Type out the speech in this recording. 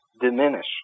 diminish